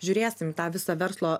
žiūrėsim tą visą verslo